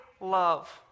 love